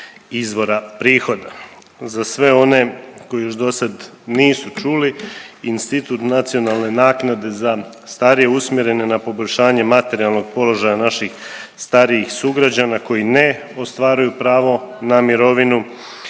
izvora prihoda. Za sve one koji još dosad nisu čuli, institut nacionalne naknade za starije usmjeren je na poboljšanje materijalnog položaja naših starijih sugrađana koji ne ostvaruju pravo na mirovinu